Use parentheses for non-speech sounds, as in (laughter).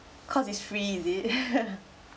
cause it's free is it (laughs)